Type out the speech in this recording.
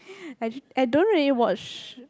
actually I don't really watch